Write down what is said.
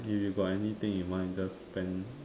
you got anything you might just spend